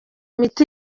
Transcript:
imiti